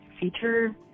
feature